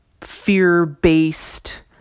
fear-based